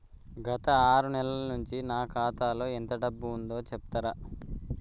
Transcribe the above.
గత ఆరు నెలల నుంచి నా ఖాతా లో ఎంత డబ్బు ఉందో చెప్తరా?